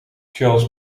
charles